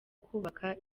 kubaka